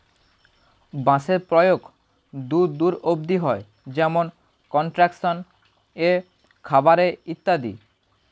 বাঁশের প্রয়োগ দূর দূর অব্দি হয়, যেমন কনস্ট্রাকশন এ, খাবার এ ইত্যাদি